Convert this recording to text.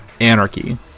anarchy